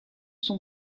son